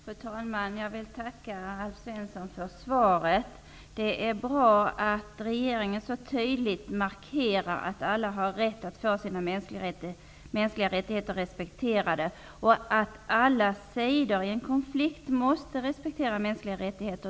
Fru talman! Jag vill tacka Alf Svensson för svaret. Det är bra att regeringen så tydligt markerar att alla har rätt att få sina mänskliga rättigheter respekterade och att alla sidor i en konflikt måste respektera mänskliga rättigheter.